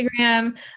Instagram